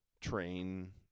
train